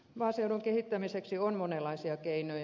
maaseudun kehittämiseksi on monenlaisia keinoja